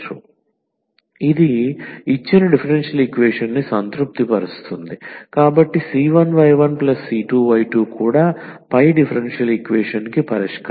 dndxnc1y1c2y2a1dn 1dxn 1c1y1c2y2anc1y1c2y2 c1dndxny1a1dn 1dxn 1y1any1c2dndxny2a1dn 1dxn 1y2any20 ఇది ఇచ్చిన differential ఈక్వేషన్ని సంతృప్తిపరుస్తుంది కాబట్టి c1y1c2y2 కూడా పై డిఫరెన్షియల్ ఈక్వేషన్ కి పరిష్కారం